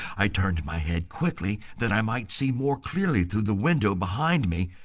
i turned my head quickly that i might see more clearly through the window behind me,